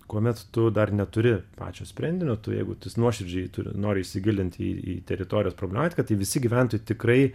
kuomet tu dar neturi pačio sprendinio tu jeigu tik nuoširdžiai turi noro įsigilinti į į teritorijos problematiką tai visi gyventojai tikrai